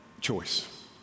choice